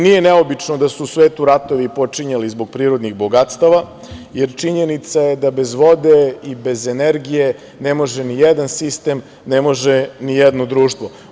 Nije neobično da su u svetu ratovi počinjali zbog prirodnih bogatstava, jer činjenica je da bez vode i bez energije ne može nijedan sistem, ne može nijedno društvo.